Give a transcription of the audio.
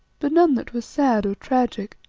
but none that were sad or tragic.